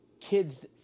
kids